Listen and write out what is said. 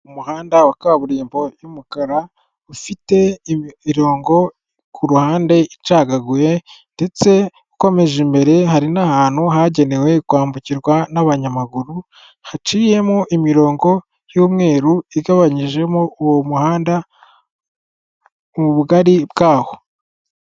Umuhanda wa kaburimbo y'umukara ufite imirongo ku ruhande icagaguye, ndetse ukomeje imbere hari n'ahantu hagenewe kwambukirwa n'abanyamaguru; haciyemo imirongo y'umweru igabanyijemo uwo muhanda ubugari bwaho.